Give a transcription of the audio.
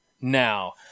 Now